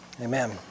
Amen